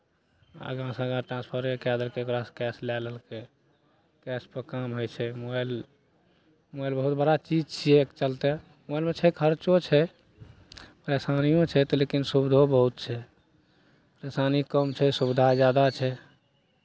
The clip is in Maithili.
आगाँसँ आगाँ ट्रांसफरे कए देलकै ओकरासँ कैश लए लेलकै कैशपर काम होइ छै मोबाइल मोबाइल बहुत बड़ा चीज छियै एहिके चलते मोबाइलमे छै खर्चो छै परेशानिओ छै तऽ लेकिन सुविधो बहुत छै परेशानी कम छै सुविधा ज्यादा छै